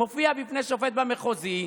מופיע בפני שופט במחוזי,